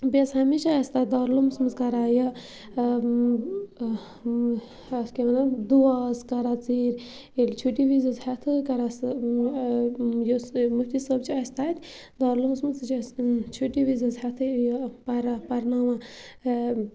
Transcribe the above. بیٚیہِ ٲس ہَمیشہ اَسہِ تَتہِ دالعلوٗمَس منٛز کَران یہِ اَتھ کیاہ وَنان دُعا ٲس کَران ژیٖرۍ ییٚلہِ چھُٹی وِزِ حظ ہٮ۪تھٕ کَران سُہ یُس مُفتی صٲب چھِ اَسہِ تَتہِ دالعلوٗمَس منٛز سُہ چھِ اَسہِ چھُٹی وِزِ حظ ہٮ۪تھٕ یہِ پران پَرناوان